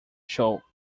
show